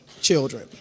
children